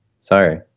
Sorry